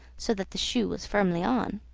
so that the shoe was firmly on.